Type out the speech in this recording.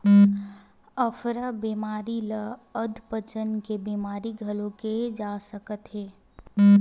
अफरा बेमारी ल अधपचन के बेमारी घलो केहे जा सकत हे